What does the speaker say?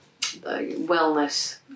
wellness